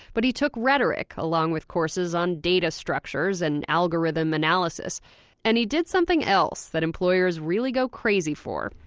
but he took rhetoric along with courses on data structures and algorithm analysis and he did something else that employers really go crazy for.